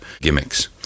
gimmicks